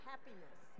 Happiness